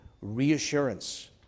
reassurance